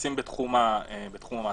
נכנסים בתחום המעצרים.